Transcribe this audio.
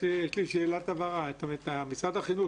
יש לי שאלת הבהרה: כאשר משרד החינוך